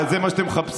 הרי זה מה שאתם מחפשים.